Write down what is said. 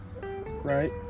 right